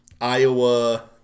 Iowa